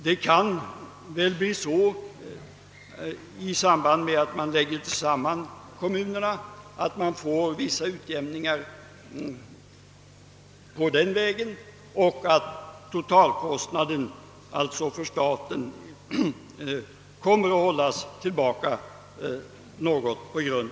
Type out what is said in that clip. Det kan väl bli en viss utjämning på denna väg i samband med att kommunerna läggs samman, så att totalkostnaden för staten härigenom inte ökar i samma takt som nu.